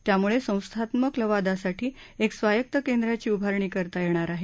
त्यामुळे संस्थात्मक लवादासाठी एक स्वायत्त केंद्राची उभारणी करता येणार आहे